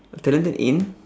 talented in